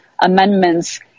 amendments